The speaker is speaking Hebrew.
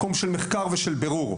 מקום של מחקר ושל בירור,